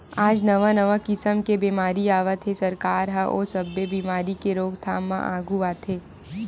आज नवा नवा किसम के बेमारी आवत हे, सरकार ह ओ सब्बे बेमारी के रोकथाम म आघू आथे